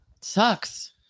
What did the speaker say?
Sucks